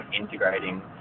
integrating